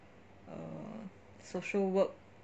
err social work